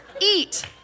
eat